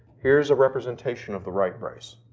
here's a representation of the right-brace.